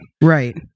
Right